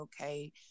okay